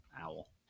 Owl